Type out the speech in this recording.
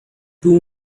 two